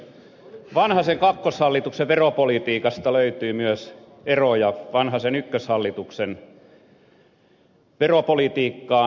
vanhasen kakkoshallituksen veropolitiikasta löytyy myös eroja vanhasen ykköshallituksen veropolitiikkaan